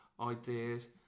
ideas